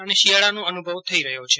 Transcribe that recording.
અને શિયાળાનો અનુભવ થઈ રહ્યો છે